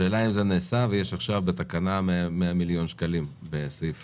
השאלה אם זה נעשה ויש עכשיו בתקנה מיליון שקלים בסעיף